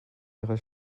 ihrer